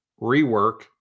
rework